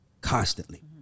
constantly